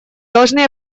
должны